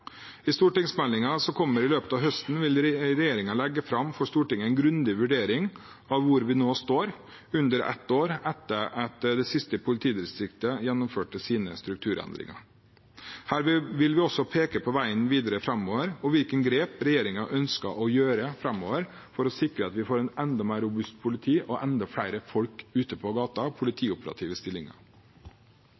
I stortingsmeldingen som kommer i løpet av høsten, vil regjeringen legge fram for Stortinget en grundig vurdering av hvor vi nå står, under ett år etter at det siste politidistriktet gjennomførte sine strukturendringer. Der vil vi også peke på veien videre framover og hvilke grep regjeringen ønsker å gjøre framover for å sikre at vi får et enda mer robust politi og enda flere folk ute på